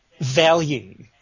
value